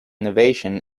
innovation